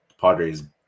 Padres